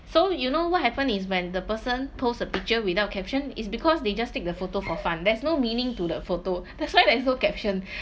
so you know what happened is when the person post a picture without caption is because they just take the photo for fun there's no meaning to the photo that's why is no caption